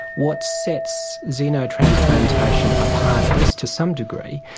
what sets xenotransplantation apart, at least to some degree,